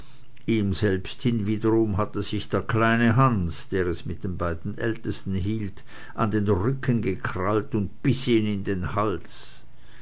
ihm selbst hinwiederum hatte sich der kleine hans der es mit den beiden ältesten hielt an den rücken gekrallt und biß ihn in den hals